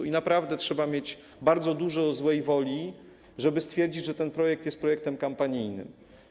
I naprawdę trzeba mieć bardzo dużo złej woli, żeby stwierdzić, że ten projekt jest projektem kampanijnym.